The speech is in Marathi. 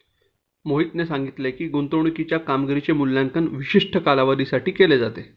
मोहितने सांगितले की, गुंतवणूकीच्या कामगिरीचे मूल्यांकन विशिष्ट कालावधीसाठी केले जाते